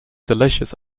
delicious